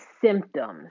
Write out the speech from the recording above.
symptoms